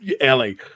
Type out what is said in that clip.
Ellie